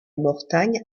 mortagne